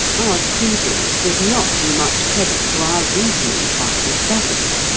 our credence does not do much credit to our reasoning powers, does it?